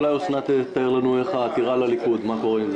אולי אוסנת תתאר לנו איך העתירה לליכוד ומה קורה עם זה.